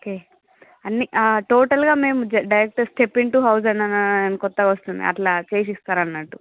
okay అన్ని టోటల్గా మేము డైరెక్ట్ స్టెప్ ఇన్టు హౌస్ అననే కొత్తగా వస్తుంది అట్లా చేసి ఇస్తారన్నట్టు